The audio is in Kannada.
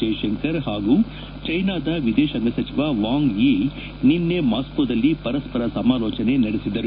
ಜೈಶಂಕರ್ ಹಾಗೂ ಚೀನಾದ ವಿದೇಶಾಂಗ ಸಚಿವ ವಾಂಗ್ ಯಿ ನಿನ್ನೆ ಮಾಸ್ಕೋದಲ್ಲಿ ಪರಸ್ವರ ಸಮಾಲೋಚನೆ ನಡೆಸಿದರು